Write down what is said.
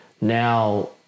now